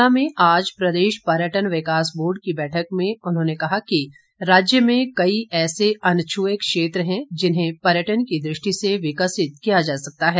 शिमला में आज प्रदेश पर्यटन विकास बोर्ड की बैठक में उन्होंने कहा कि राज्य में कई ऐसे अनछुए क्षेत्र हैं जिन्हें पर्यटन की दृष्टि से विकसित किया जा सकता है